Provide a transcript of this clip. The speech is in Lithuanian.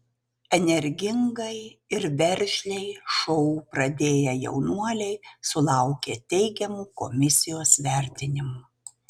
energingai ir veržliai šou pradėję jaunuoliai sulaukė teigiamų komisijos vertinimų